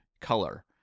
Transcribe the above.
Color